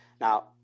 Now